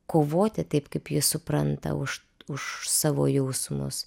kovoti taip kaip ji supranta už už savo jausmus